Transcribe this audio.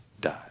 died